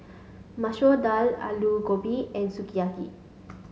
Masoor Dal Alu Gobi and Sukiyaki